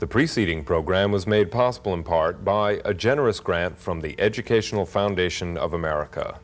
the preceding program was made possible in part by a generous grant from the educational foundation of america